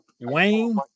Wayne